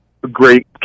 great